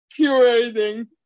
curating